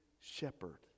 shepherd